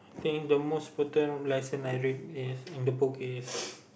think the most important lines that I read is in the book is